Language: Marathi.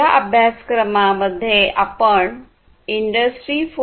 या अभ्यासक्रमामध्ये आपण इंडस्ट्री 4